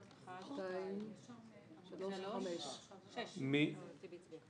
1 ההסתייגות (78) של סיעת המחנה הציוני לסעיף 1 לא